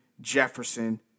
Jefferson